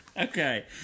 okay